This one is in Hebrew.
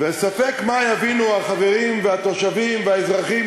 וספק מה יבינו החברים והתושבים והאזרחים